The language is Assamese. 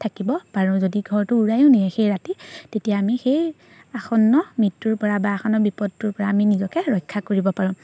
থাকিব পাৰোঁ যদি ঘৰটো উৰায়ো নিয়ে সেই ৰাতি তেতিয়া আমি সেই আসন্ন মৃত্যুৰপৰা বা আসন্ন বিপদটোৰপৰা আমি নিজকে ৰক্ষা কৰিব পাৰোঁ